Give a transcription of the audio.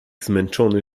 zmęczony